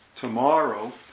tomorrow